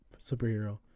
superhero